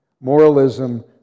Moralism